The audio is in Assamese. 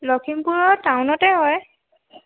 লখিমপুৰৰ টাউনতে হয়